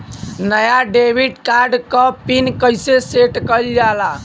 नया debit card क pin कईसे सेट कईल जाला?